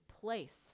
place